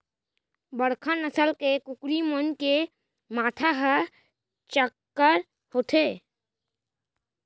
बड़का नसल के कुकरी मन के माथा ह चाक्कर होथे